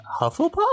Hufflepuff